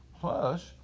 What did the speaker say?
Plus